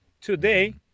Today